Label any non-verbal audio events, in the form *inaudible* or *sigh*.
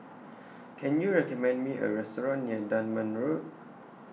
*noise* Can YOU recommend Me A Restaurant near Dunman Road